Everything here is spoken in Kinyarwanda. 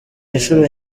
inshuro